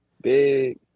Big